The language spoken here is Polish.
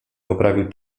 poprawił